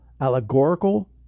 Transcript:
allegorical